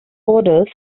odors